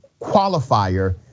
qualifier